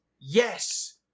Yes